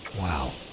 Wow